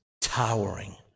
towering